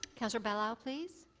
councillor bailao, please.